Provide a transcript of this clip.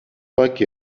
pâques